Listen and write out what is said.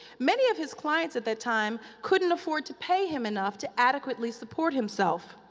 many of his clients, at that time, couldn't afford to pay him enough to adequately support himself.